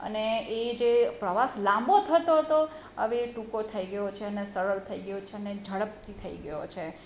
અને એ જે પ્રવાસ લાંબો થતો હતો હવે ટૂંકો થઈ ગયો છે ને સરળ થઈ ગયો છે ને ઝડપથી થઈ ગયો છે